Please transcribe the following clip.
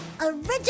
Original